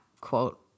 quote